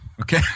Okay